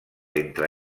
entre